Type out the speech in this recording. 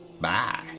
Bye